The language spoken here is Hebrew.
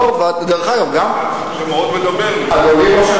שמאוד מדברת ללבי.